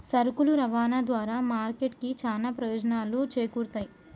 సరుకుల రవాణా ద్వారా మార్కెట్ కి చానా ప్రయోజనాలు చేకూరుతయ్